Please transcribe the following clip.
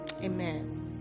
amen